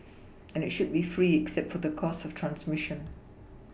and it should be free except for the cost of transMission